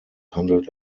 handelt